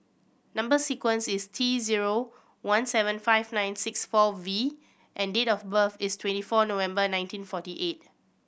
number sequence is T zero one seven five nine six four V and date of birth is twenty four November nineteen forty eight